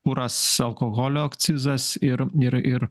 kuras alkoholio akcizas ir